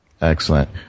excellent